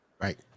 Right